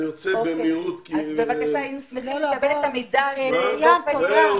היינו שמחים לקבל את המידע על זה.